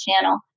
channel